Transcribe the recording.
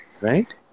right